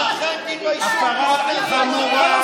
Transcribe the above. כולכם תתביישו,